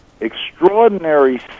extraordinary